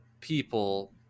people